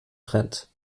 trend